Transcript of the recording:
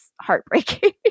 heartbreaking